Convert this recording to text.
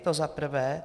To zaprvé.